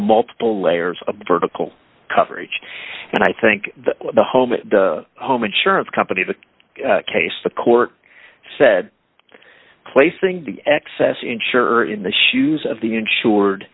multiple layers of vertical coverage and i think that the home of the home insurance company the case the court said placing the excess insurer in the shoes of the insured